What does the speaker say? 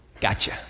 Gotcha